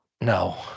No